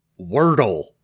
Wordle